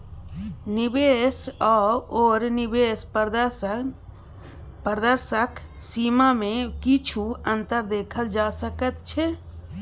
निवेश आओर निवेश प्रदर्शनक सीमामे किछु अन्तर देखल जा सकैत छै